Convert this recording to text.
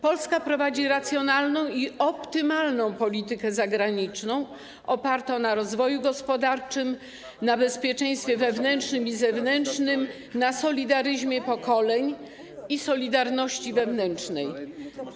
Polska prowadzi racjonalną i optymalną politykę zagraniczną, opartą na rozwoju gospodarczym, na bezpieczeństwie wewnętrznym i zewnętrznym, na solidaryzmie pokoleń i solidarności wewnętrznej.